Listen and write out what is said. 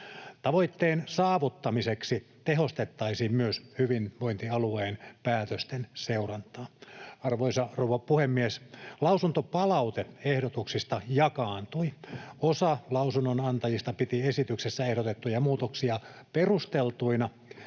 Tavoitteen saavuttamiseksi tehostettaisiin myös hyvinvointialueen päätösten seurantaa. Arvoisa rouva puhemies! Lausuntopalaute ehdotuksista jakaantui. Osa lausunnonantajista piti esityksessä ehdotettuja muutoksia perusteltuina,